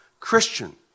Christian